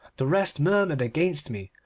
the rest murmured against me,